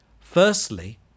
Firstly